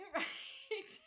right